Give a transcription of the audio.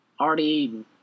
already